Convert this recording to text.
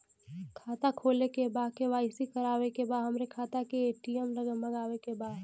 खाता खोले के बा के.वाइ.सी करावे के बा हमरे खाता के ए.टी.एम मगावे के बा?